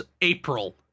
april